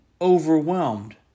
overwhelmed